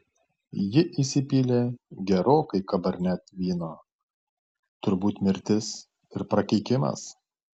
ji įsipylė gerokai cabernet vyno turbūt mirtis ir prakeikimas